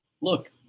look